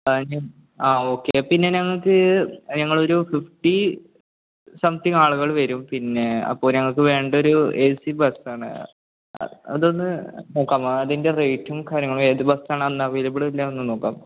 ആ ഓക്കെ പിന്നെ ഞങ്ങള്ക്ക് ഞങ്ങളൊരു ഫിഫ്റ്റി സംതിങ് ആളുകള് വരും പിന്നെ അപ്പോള് ഞങ്ങള്ക്ക് വേണ്ടതൊരു എ സി ബസ്സാണ് അതൊന്ന് നോക്കാമോ അതിൻ്റെ റേറ്റും കാര്യങ്ങളും ഏത് ബസ്സാണ് അന്ന് അവൈലബിളുള്ളതെന്ന് ഒന്ന് നോക്കാമോ